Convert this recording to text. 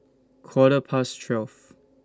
Quarter Past twelve